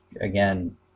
again